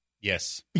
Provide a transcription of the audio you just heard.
Yes